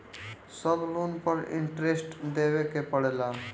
सब लोन पर इन्टरेस्ट देवे के पड़ेला?